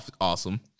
awesome